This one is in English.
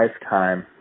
lifetime